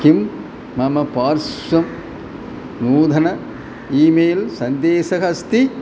किं मम पार्श्वे नूतन ई मेल् सन्देशः अस्ति